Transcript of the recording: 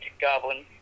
goblin